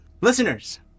Listeners